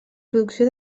producció